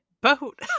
boat